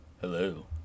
Hello